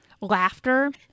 laughter